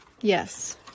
Yes